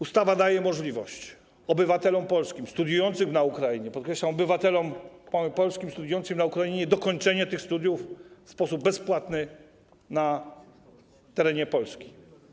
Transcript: Ustawa daje też możliwość obywatelom polskim studiującym na Ukrainie - podkreślam: obywatelom polskim studiującym na Ukrainie - dokończenie tych studiów w sposób bezpłatny na terenie Polski.